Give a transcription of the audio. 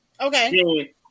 Okay